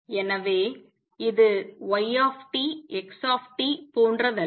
எனவே இது y x போன்றதல்ல